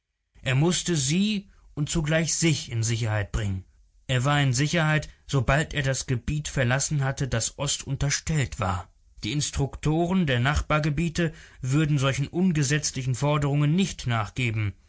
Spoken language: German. er mußte sie und zugleich sich in sicherheit bringen er war in sicherheit sobald er das gebiet verlassen hatte das oß unterstellt war die instruktoren der nachbargebiete würden solchen ungesetzlichen forderungen nicht nachgeben